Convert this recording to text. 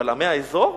אבל עמי האזור,